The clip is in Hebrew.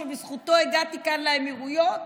שבזכותו הגעתי לאמירויות,